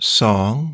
song